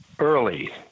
early